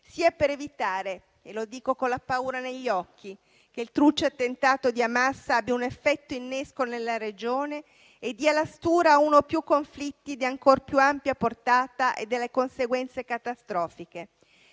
sia per evitare - e lo dico con la paura negli occhi - che il truce attentato di Hamas abbia un effetto innesco nella regione e dia la stura a uno o più conflitti di ancor più ampia portata e dalle conseguenze catastrofiche.